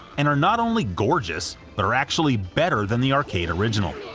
and are not only gorgeous, but are actually better than the arcade original.